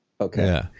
Okay